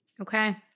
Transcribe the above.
Okay